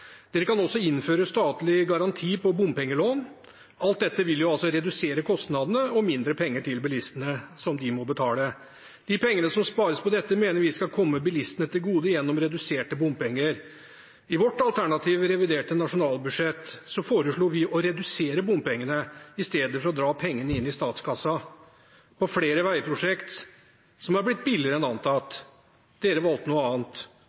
Dere kan også innføre statlig garanti på bompengelån. Alt dette vil redusere kostnadene og gjøre at bilistene må betale mindre penger. De pengene som spares på dette, mener vi skal komme bilistene til gode gjennom reduserte bompenger. I vårt alternative reviderte nasjonalbudsjett foreslo vi å redusere bompengene i stedet for å dra pengene inn i statskassen på flere veiprosjekter som er blitt billigere enn antatt. Dere valgte noe annet,